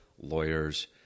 lawyers